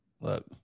Look